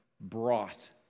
brought